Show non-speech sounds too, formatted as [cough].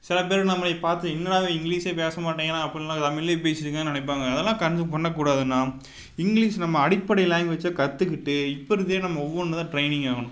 சில பேர் நம்மளை பார்த்து என்னடா இவன் இங்கிலீஷே பேசமாட்டேங்கிறான் அப்பிடிலாம் தமிழ்லையே பேசிகிட்ருக்கான் நினைப்பாங்க அதெல்லாம் கன் [unintelligible] பண்ணக்கூடாதுனால் இங்கிலீஷ் நம்ம அடிப்படை லாங்வேஜை கற்றுக்கிட்டு இப்போருந்தே நம்ம ஒவ்வொன்றுதான் ட்ரைனிங் ஆகணும்